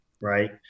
right